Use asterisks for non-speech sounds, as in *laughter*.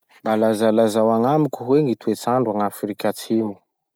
Mba lazalazao agnamiko hoe gny toetsandro agn'Afrika Atsimo? *noise*